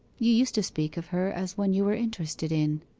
you used to speak of her as one you were interested in